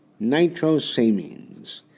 nitrosamines